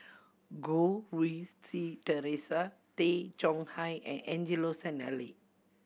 Goh Rui Si Theresa Tay Chong Hai and Angelo Sanelli